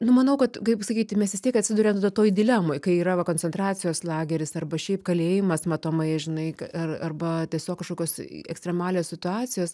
nu manau kad kaip sakyti mes vis tiek atsiduriam tada toj dilemoj kai yra va koncentracijos lageris arba šiaip kalėjimas matomai žinai k ar arba tiesiog kažkokios ekstremalios situacijos